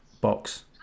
box